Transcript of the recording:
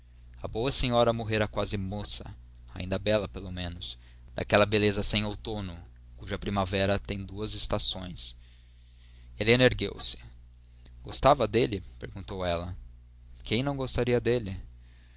a boa senhora morrera quase moça ainda bela pelo menos daquela beleza sem outono cuja primavera tem duas estações helena ergueu-se gostava dele perguntou ela quem não gostaria dele